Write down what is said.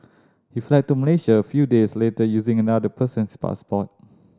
he fled to Malaysia a few days later using another person's passport